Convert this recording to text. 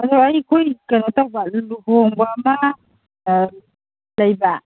ꯑꯗꯣ ꯑꯩꯈꯣꯏ ꯀꯩꯅꯣ ꯇꯧꯕ ꯂꯨꯍꯣꯡꯕ ꯑꯃ ꯂꯩꯕ